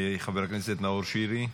חבר הכנסת נאור שירי,